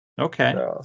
Okay